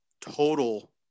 total